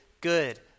good